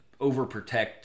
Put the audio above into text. overprotect